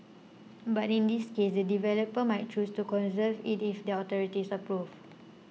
but in this case the developer might choose to conserve it if the authorities disapprove